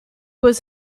was